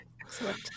Excellent